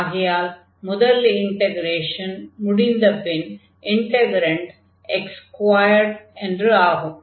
ஆகையால் முதல் இன்டக்ரேஷன் முடிந்த பின் இன்டக்ரன்ட் x2 என்று ஆகும்